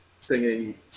singing